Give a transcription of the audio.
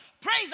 Praise